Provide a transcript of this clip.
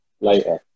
later